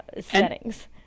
settings